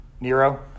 Nero